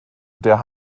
der